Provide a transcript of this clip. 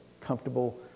comfortable